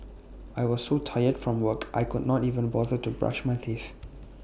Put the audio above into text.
I was so tired from work I could not even bother to brush my teeth